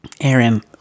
Aaron